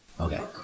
Okay